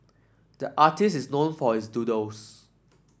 the artist is known for his doodles